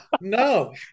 no